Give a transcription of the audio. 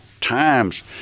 times